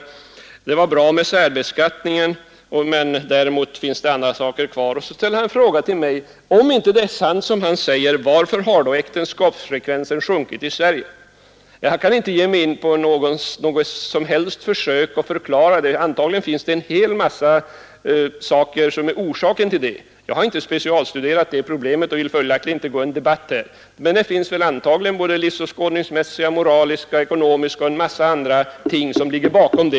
Det var bra att särbeskattningen infördes, men det finns andra saker kvar att göra, sade han. Därefter ställde han en fråga till mig: Om det inte är sant som han säger, varför har då äktenskapsfrekvensen sjunkit i Sverige? Jag kan inte ge mig in på något försök här att förklara det, men antagligen finns det en hel mängd orsaker. Jag har inte specialstuderat problemet och vill följaktligen inte nu gå in i en debatt om det, men det finns förmodligen både livsåskådningsmässiga, moraliska, ekonomiska och andra skäl som ligger bakom.